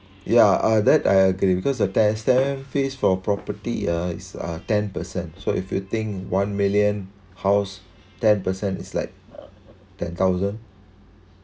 yeah uh that I agree because the test~ fee for property uh is uh ten per cent so if you think one million house ten percent is like ten thousand